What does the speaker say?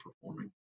performing